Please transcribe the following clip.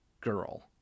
girl